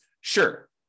Sure